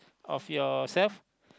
of yourself